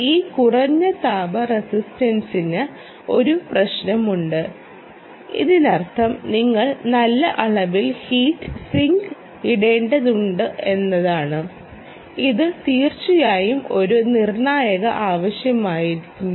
ഈ കുറഞ്ഞ താപ റസിസ്റ്റൻസിന് ഒരു പ്രശ്നമുണ്ട് ഇതിനർത്ഥം നിങ്ങൾ നല്ല അളവിൽ ഹീറ്റ് സിങ്ക് ഇടേണ്ടിവരുമെന്നാണ് ഇത് തീർച്ചയായും ഒരു നിർണായക ആവശ്യകതയായി മാറുന്നു